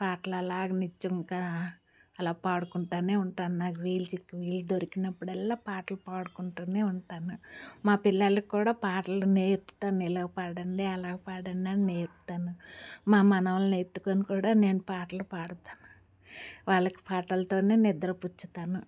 పాటలలాగా నిజంగా అలా పాడుకుంటానే ఉంటాను నాకు వీలు చిక్ వీలు దొరికినప్పుడల్లా పాటలు పాడుకుంటానే ఉంటాను మా పిల్లలక్కూడా పాటలు నేర్పుతాను ఇలాగ పాడండి అలాగే పాడండి అలా నేర్పుతాను మా మనమళ్ళ నెత్తుకోని కూడా నేను పాటలు పాడతాను వాళ్ళకి పాటలతోనే నిద్రపుచ్చుతాను